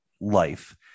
life